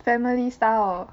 family style